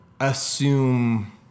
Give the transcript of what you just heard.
assume